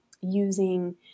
using